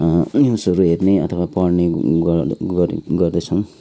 न्युजहरू हेर्ने अथवा पढ्ने गर गर्ने गर्दैछौँ